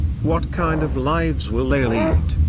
what kind of lives will they lead?